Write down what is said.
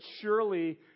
surely